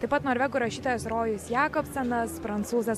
taip pat norvegų rašytojas rojus jakobsenas prancūzas